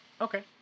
Okay